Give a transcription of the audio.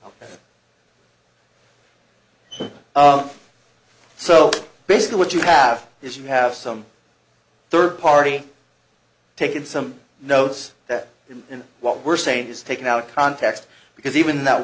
them so basically what you have is you have some third party taken some notice that what we're saying is taken out of context because even that